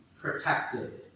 protected